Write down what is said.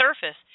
surface